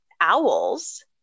owls